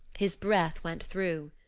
his breath went through.